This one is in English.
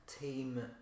team